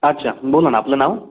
अच्छा बोला ना आपलं नाव